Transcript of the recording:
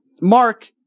Mark